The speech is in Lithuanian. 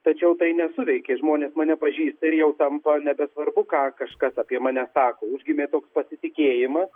tačiau tai nesuveikė žmonės mane pažįsta ir jau tampa nebesvarbu ką kažkas apie mane sako užgimė toks pasitikėjimas